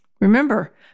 Remember